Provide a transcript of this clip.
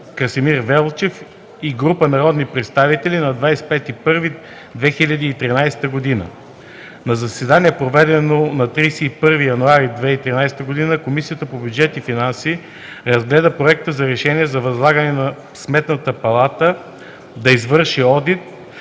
Красимир Велчев и група народни представители на 25 януари 2013 г. На заседание, проведено на 31 януари 2013 г., Комисията по бюджет и финанси разгледа Проект за решение за възлагане на Сметната палата да извърши одит